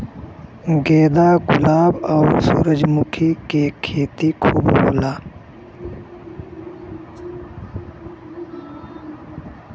गेंदा गुलाब आउर सूरजमुखी के खेती खूब होला